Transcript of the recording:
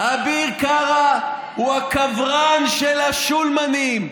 אביר קארה הוא הקברן של השולמנים.